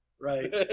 right